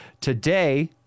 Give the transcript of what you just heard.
Today